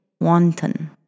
wanton